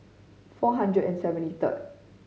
four hundred and seventy third